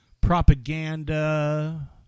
propaganda